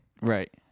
Right